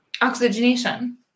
Oxygenation